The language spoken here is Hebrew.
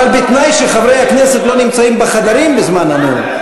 אבל בתנאי שחברי הכנסת לא נמצאים בחדרים בזמן הנאום.